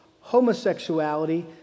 homosexuality